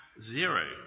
zero